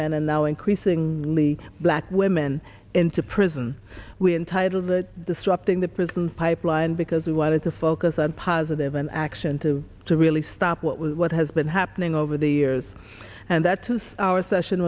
men and now increasingly black women into prison we entitled disrupting the prison pipeline because we wanted to focus on positive action to to really stop what was what has been happening over the years and that to our session